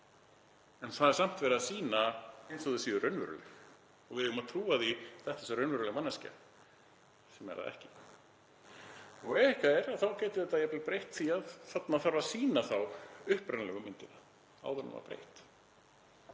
en það er samt verið að sýna eins og þau séu raunveruleg og við eigum að trúa því að þetta sé raunveruleg manneskja, sem er það ekki. Ef eitthvað er þá gæti þetta jafnvel breytt því að þarna þarf að sýna þá upprunalegu myndina áður en henni var breytt.